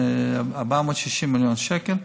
460 מיליון שקל.